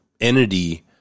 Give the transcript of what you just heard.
entity